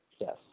Yes